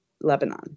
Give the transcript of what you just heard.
Lebanon